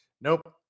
nope